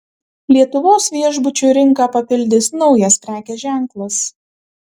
lietuvos viešbučių rinką papildys naujas prekės ženklas